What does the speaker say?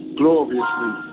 gloriously